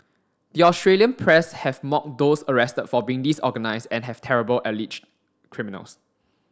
the Australian press have mocked those arrested for being disorganised and have terrible alleged criminals